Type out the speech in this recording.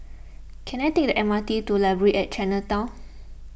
can I take the M R T to Library at Chinatown